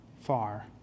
far